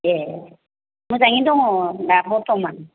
ए मोजाङैनो दं दा बरथ'मान